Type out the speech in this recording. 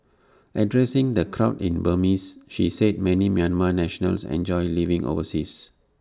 addressing the crowd in Burmese she said many Myanmar nationals enjoy living overseas